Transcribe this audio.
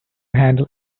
handle